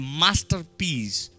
masterpiece